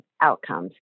outcomes